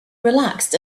relaxed